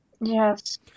Yes